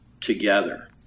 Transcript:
together